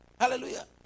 Hallelujah